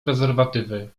prezerwatywy